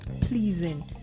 pleasing